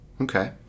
Okay